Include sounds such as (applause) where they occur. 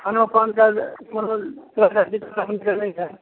हमरो पाँच साल कोनो (unintelligible)